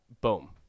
boom